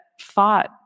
fought